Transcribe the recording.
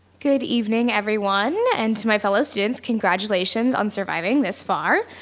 good evening everyone, and to my fellow students, congratulations on surviving this far.